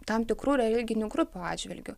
tam tikrų religinių grupių atžvilgiu